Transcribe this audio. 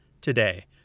today